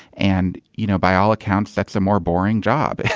and, you know, by all accounts, that's a more boring job.